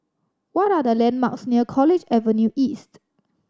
what are the landmarks near College Avenue East